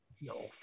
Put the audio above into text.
no